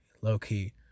low-key